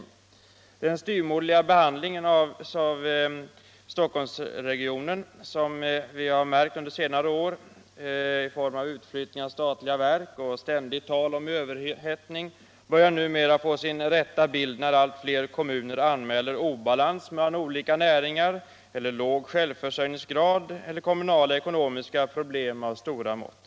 Nr 71 Den styvmoderliga behandling av Stockholmsregionen som vi har märkt under senare år i form av utflyttning av statliga verk och ständigt tal om överhettning börjar numera få sin rätta bild när allt fler kommuner anmäler obalans mellan olika näringar, låg självförsörjningsgrad eller Om lokalisering av kommunalekonomiska problem av stora mått.